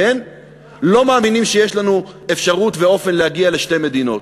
לא מאמינים שיש לנו אפשרות ואופן להגיע לשתי מדינות.